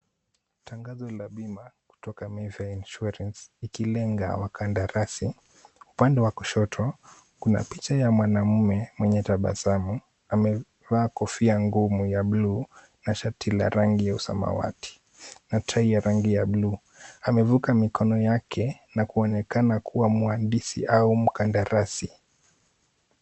Tangazo la bima kutoka Mayfair Insurance ikilenga wakandarasi. Upande wa kushoto kuna picha ya mwanamume mwenye tabasamu amevaa kofia ngumu ya bluu na shati la rangi ya samawati na tai ya rangi ya bluu. Amevuka mikono yake na kuonekana kuwa mwandisi au mkandarasi.